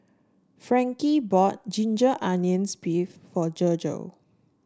Frankie bought Ginger Onions beef for Virgle